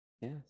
yes